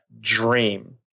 dream